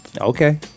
Okay